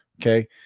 Okay